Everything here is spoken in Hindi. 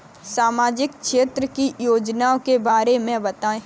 सामाजिक क्षेत्र की योजनाओं के बारे में बताएँ?